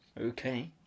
Okay